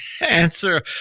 answer